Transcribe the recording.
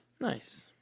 Nice